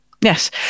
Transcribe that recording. yes